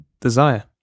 desire